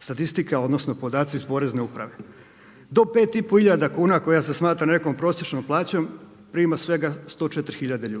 statistika, odnosno podaci s Porezne uprave. Do pet i pol hiljada kuna koja se smatra nekom prosječnom plaćom prima svega 104 hiljade